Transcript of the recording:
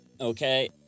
Okay